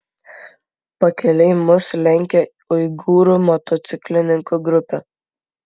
pakeliui mus lenkė uigūrų motociklininkų grupė